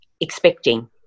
expecting